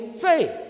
faith